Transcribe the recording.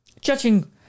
Judging